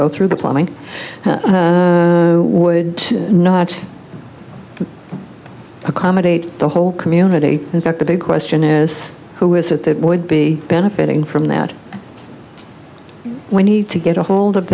go through the plumbing would not accommodate the whole community in fact the big question is who is it that would be benefiting from that we need to get ahold of